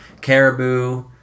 caribou